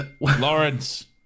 Lawrence